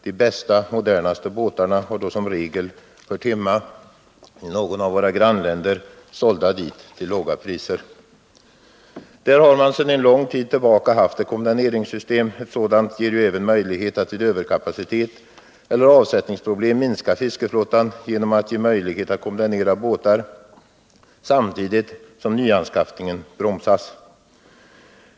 De bästa och modernaste båtarna har då som regel hört hemma i något av våra grannländer, sålda dit till låga priser. Där har man sedan lång tid tillbaka haft ett kondemneringssystem. Ett sådant möjliggör ju även att man vid överkapacitet eller ersättningsproblem minskar fiskeflottan genom kondemnering av båtar samtidigt som nyanskaffning bromsas.